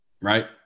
Right